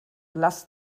lasst